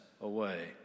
away